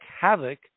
havoc